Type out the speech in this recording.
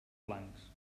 blancs